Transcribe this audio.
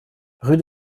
rue